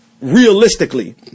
realistically